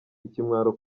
ikimwaro